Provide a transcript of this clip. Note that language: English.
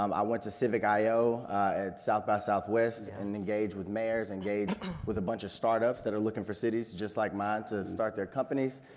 um i went to civic io at south by southwest and engaged with mayors, engaged with a bunch of startups that are looking for cities just like mine to start their companies.